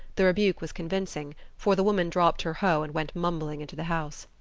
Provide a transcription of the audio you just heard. the rebuke was convincing, for the woman dropped her hoe and went mumbling into the house.